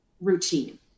routine